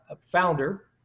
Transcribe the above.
founder